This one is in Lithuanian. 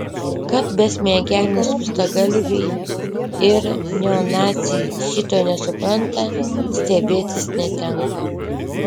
kad besmegeniai skustagalviai ir neonaciai šito nesupranta stebėtis netenka